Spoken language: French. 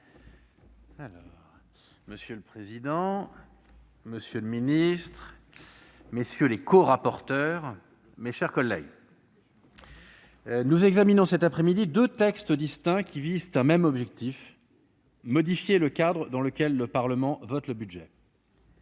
Monsieur le président, monsieur le ministre, mes chers collègues, nous examinons cet après-midi deux textes distincts, mais qui visent un même objectif : modifier le cadre dans lequel le Parlement vote le budget.